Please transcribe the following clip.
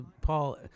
Paul